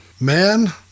Man